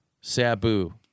Sabu